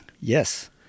yes